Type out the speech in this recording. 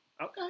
Okay